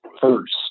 first